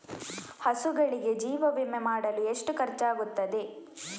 ಹಸುಗಳಿಗೆ ಜೀವ ವಿಮೆ ಮಾಡಲು ಎಷ್ಟು ಖರ್ಚಾಗುತ್ತದೆ?